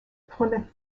plymouth